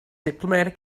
diplomatic